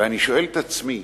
ואני שואל את עצמי,